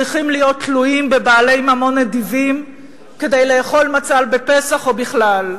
צריכים להיות תלויים בבעלי ממון נדיבים כדי לאכול מצה בפסח או בכלל.